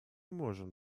можем